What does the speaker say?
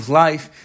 life